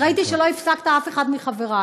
כי ראיתי שלא הפסקת אף אחד מחברי.